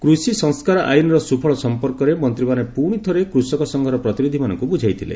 କୃଷି ସଂସ୍କାର ଆଇନ୍ର ସୁଫଳ ସମ୍ପର୍କରେ ମନ୍ତ୍ରୀମାନେ ପୁଣିଥରେ କୃଷକ ସଂଘର ପ୍ରତିନିଧିମାନଙ୍କୁ ବୁଝାଇଥିଲେ